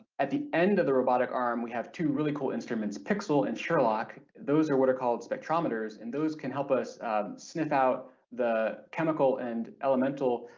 at the end of the robotic arm we have two really cool instruments pixl and sherloc, those are what are called spectrometers and those can help us sniff out the chemical and elemental